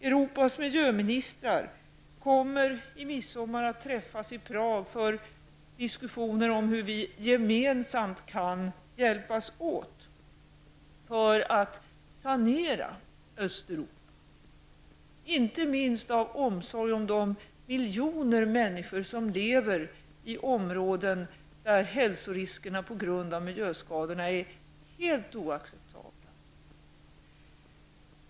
Europas miljöministrar kommer i midsommar att träffas i Prag för diskussioner om hur vi gemensamt kan hjälpas åt för att sanera Östeuropa, inte minst av omsorg om de miljoner människor som lever i områden där hälsoriskerna på grund av miljöskadorna är helt oacceptabla.